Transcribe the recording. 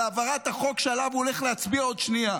על העברת החוק שעליו הוא הולך להצביע עוד שנייה,